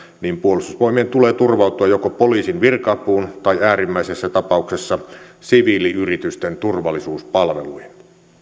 niin puolustusvoimien tulee turvautua joko poliisin virka apuun tai äärimmäisessä tapauksessa siviiliyritysten turvallisuuspalveluihin